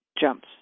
jumps